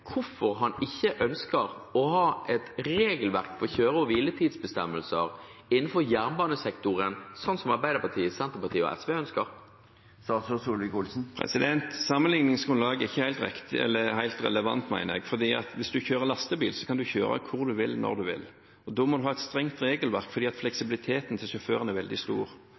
hvorfor han ikke ønsker å ha et regelverk for kjøre- og hviletidsbestemmelser innenfor jernbanesektoren, slik Arbeiderpartiet, Senterpartiet og SV ønsker? Sammenligningsgrunnlaget er ikke helt relevant, mener jeg, for hvis en kjører lastebil, kan en kjøre hvor en vil, når en vil. Og da må en ha et strengt regelverk, for fleksibiliteten til sjåføren er veldig stor.